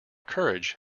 courage